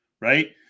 right